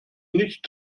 nicht